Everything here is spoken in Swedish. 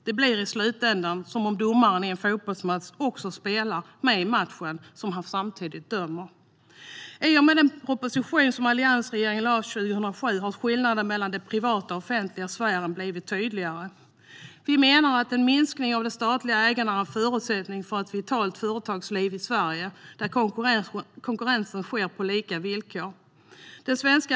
Det blir i slutändan som om domaren i en fotbollsmatch skulle vara med och spela i matchen som han samtidigt dömer. I och med den proposition som alliansregeringen lade fram 2007 har skillnaden mellan den privata och den offentliga sfären blivit tydligare. Vi menar att en minskning av det statliga ägandet är en förutsättning för ett vitalt företagsliv där konkurrensen sker på lika villkor.